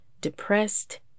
depressed